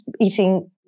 eating